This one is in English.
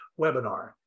webinar